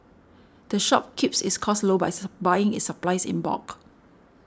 the shop keeps its costs low by buying its supplies in bulk